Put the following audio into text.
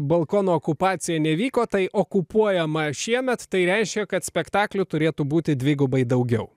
balkono okupacija nevyko tai okupuojama šiemet tai reiškia kad spektaklių turėtų būti dvigubai daugiau